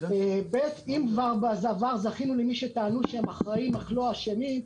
אם כבר בעבר זכינו למי שטענו שהם אחראים אך לא אשמים,